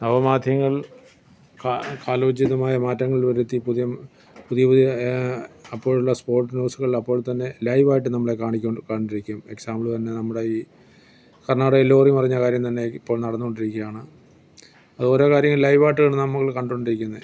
നവ മാധ്യങ്ങൾ കാ കാലോചിതമായ മാറ്റങ്ങൾ വരുത്തി പുതിയ പുതിയ പുതിയ അപ്പോഴുള്ള സ്പോർട്ട് ന്യൂസുകളപ്പോൾ തന്നെ ലൈവായിട്ട് നമ്മളെ കാണിക്കും കണ്ടിരിക്കും എക്സാമ്പിള് തന്നെ നമ്മുടെ ഈ കർണാടകയിൽ ലോറി മറിഞ്ഞ കാര്യം തന്നെ ഇപ്പോൾ നടന്നുകൊണ്ടിരിക്കുകയാണ് അതോരോ കാര്യങ്ങൾ ലൈവായിട്ടാണ് നമ്മൾ കണ്ടുകൊണ്ടിരിക്കുന്നത്